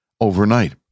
overnight